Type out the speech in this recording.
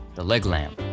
the leg lamp.